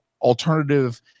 alternative